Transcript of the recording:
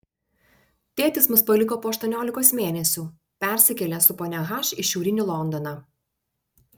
tėtis mus paliko po aštuoniolikos mėnesių persikėlė su ponia h į šiaurinį londoną